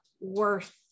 worth